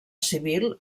civil